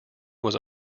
was